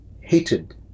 hated